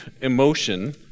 emotion